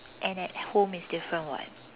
and at home is different [what]